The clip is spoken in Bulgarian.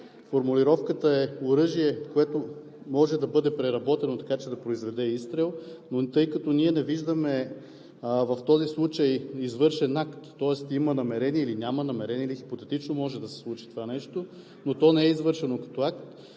формулировката е „оръжие, което може да бъде преработено така, че да произведе изстрел“, но тъй като ние не виждаме в този случай извършен акт, тоест има или няма намерение, или хипотетично може да се случи това нещо, но то не е извършено като акт,